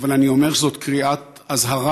אבל אני אומר שזאת קריאת אזהרה,